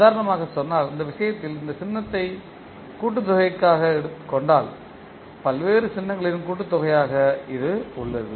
உதாரணமாக சொன்னால் இந்த விஷயத்தில் இந்தச் சின்னத்தை கூட்டுத்தொகைகாக கொண்டால் பல்வேறு சின்னங்களின் கூட்டுத் தொகையாக இது உள்ளது